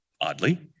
oddly